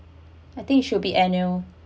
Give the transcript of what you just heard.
I think it should be annual